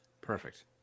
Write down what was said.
perfect